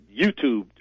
YouTube